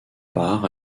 part